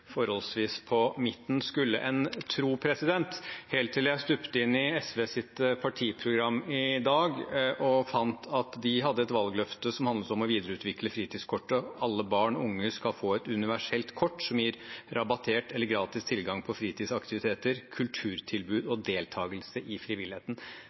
forholdsvis på midten, skulle en tro – helt til jeg stupte inn i SVs partiprogram i dag og fant at de hadde et valgløfte som handlet om å videreutvikle fritidskortet. Alle barn og unge skal få et universelt kort som gir rabattert eller gratis tilgang på fritidsaktiviteter, kulturtilbud og deltakelse i frivilligheten